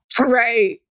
Right